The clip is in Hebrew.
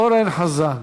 אורן חזן.